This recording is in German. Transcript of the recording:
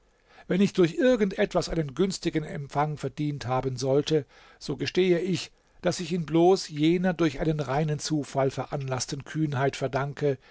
wenn ich durch irgend etwas einen günstigen empfang verdient haben sollte so gestehe ich daß ich ihn bloß jener durch einen reinen zufall veranlaßten kühnheit verdanke